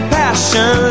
passion